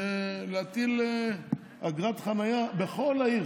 להטיל אגרת חניה בכל העיר.